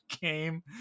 game